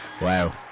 Wow